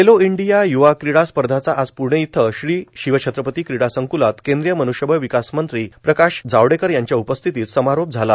Khelo India युवा क्रीडा स्पर्धांचा आज पुणे इथं श्री शिवछत्रपती क्रीडा संकुलात केंद्रीय मनुष्यबळ विकास मंत्री प्रकाश जावडेकर यांच्या उपस्थितीत समारोप झाला